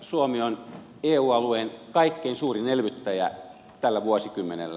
suomi on eu alueen kaikkein suurin elvyttäjä tällä vuosikymmenellä